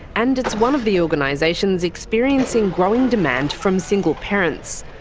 and it's one of the organisations experiencing growing demand from single parents.